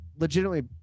Legitimately